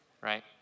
Right